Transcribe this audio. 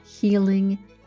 healing